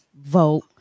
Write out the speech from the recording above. vote